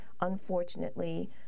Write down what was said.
unfortunately